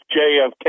JFK